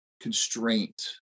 constraint